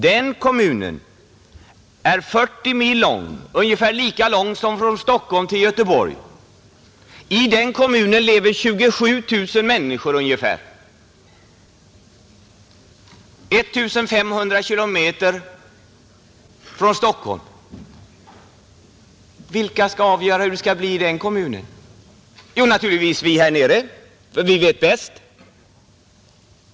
Den kommunen är 40 mil lång — ungefär lika lång som sträckan från Stockholm till Göteborg. I den kommunen lever 27 000 människor ungefär 1 500 km ifrån Stockholm. Vilka skall avgöra hur det skall bli i den kommunen? Jo, naturligtvis vi här nere, för vi vet bäst.